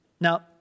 Now